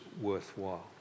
worthwhile